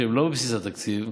שהם לא בבסיס התקציב,